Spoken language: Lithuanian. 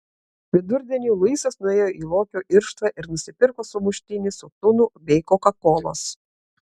vidurdienį luisas nuėjo į lokio irštvą ir nusipirko sumuštinį su tunu bei kokakolos